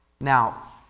Now